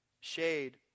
shade